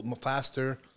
faster